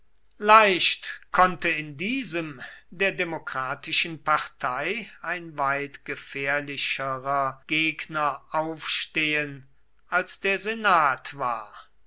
leicht konnte in diesem der demokratischen partei ein weit gefährlicherer gegner aufstehen als der senat war